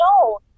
no